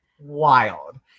wild